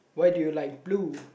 why do you like blue